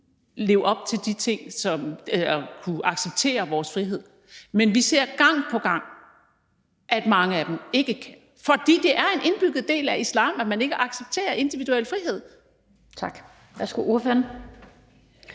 leve op til de ting og kunne acceptere vores frihed, men vi ser gang på gang, at mange af dem ikke kan, fordi det er en indbygget del af islam, at man ikke accepterer individuel frihed. Kl. 19:56 Den fg.